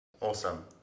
Awesome